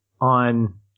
on